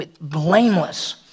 blameless